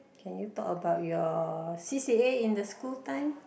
can you talk about your C_C_A in the school time